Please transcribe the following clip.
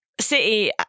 City